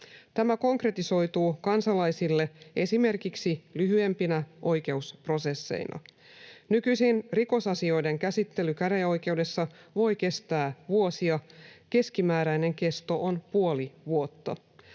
Tämä konkretisoituu kansalaisille esimerkiksi lyhyempinä oikeusprosesseina. Nykyisin rikosasioiden käsittely käräjäoikeudessa voi kestää vuosia. Keskimääräinen kesto on puoli vuotta.